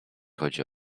chodzi